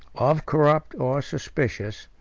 of corrupt or suspicious,